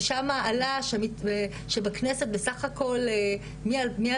ושם עלה שבכנסת בסך הכול מ-2017